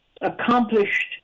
accomplished